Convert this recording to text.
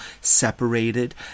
separated